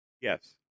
Yes